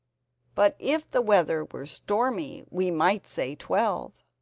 but if the weather were stormy we might say twelve.